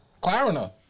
Clarina